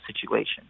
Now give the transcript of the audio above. situation